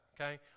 okay